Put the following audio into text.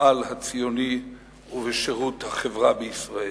המפעל הציוני ובשירות החברה בישראל.